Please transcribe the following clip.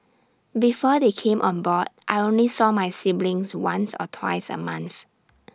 before they came on board I only saw my siblings once or twice A month